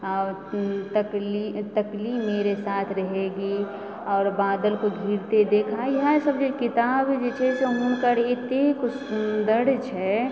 तकली तकली मेरे साथ रहेगी आओर बादल को गिरते देखा इएह सब जे किताब जे छै से हम हुनकर अतेक सुन्दर छै